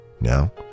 Now